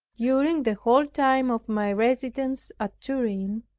during the whole time of my residence at turin,